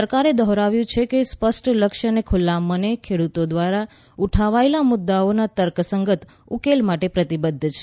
સરકારે દોહરાવ્યું છે કે તે સ્પષ્ટ લક્ષ્ય અને ખુલ્લા મને ખેડુતો ધ્વારા ઉઠાવાયેલા મુદ્દાઓના તર્ક સંગત ઉકેલ માટે પ્રતિબધ્ધ છે